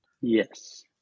Yes